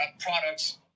products